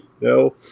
no